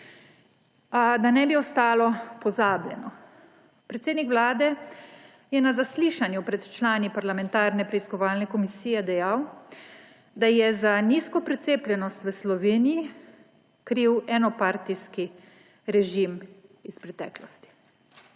da ne bi ostalo pozabljeno − predsednik vlade je na zaslišanju pred člani parlamentarne preiskovalne komisije dejal, da je za nizko precepljenost v Sloveniji kriv enopartijski režim iz preteklosti.